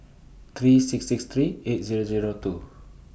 three six six three eight Zero Zero two